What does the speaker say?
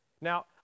Now